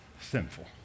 sinful